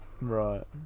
Right